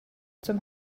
zum